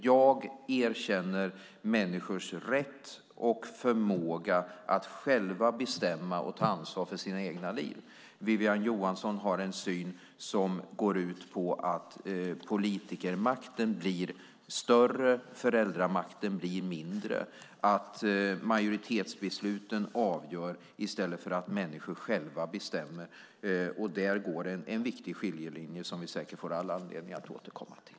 Jag erkänner människors rätt och förmåga att själva bestämma och ta ansvar för sina egna liv. Wiwi-Anne Johansson har en syn som går ut på att politikermakten blir större och föräldramakten blir mindre, att majoritetsbesluten avgör i stället för att människor själva bestämmer. Där går en viktig skiljelinje som vi säkert får all anledning att återkomma till.